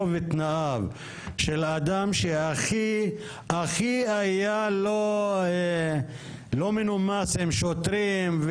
ותנאיו של האדם שהכי היה לא מנומס עם שוטרים,